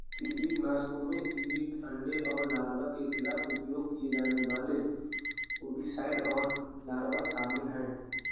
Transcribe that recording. कीटनाशकों में कीट अंडे और लार्वा के खिलाफ उपयोग किए जाने वाले ओविसाइड और लार्वा शामिल हैं